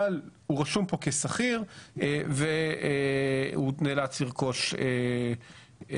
אבל הם רשומים פה כשכיר והם נאלצים לרכוש היתרים.